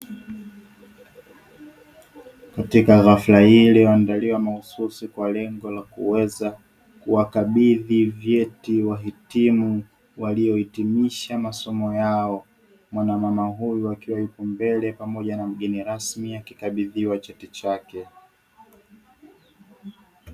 Katika hafla hii iliyoandaliwa mahususi kwa lengo la kuweza kuwakabidhi vyeti wahitimu waliohitimisha masomo yao, mwanamama huyu akiwa mbele pamoja na mgeni rasmi akikabidhiwa cheti chake.